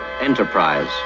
Enterprise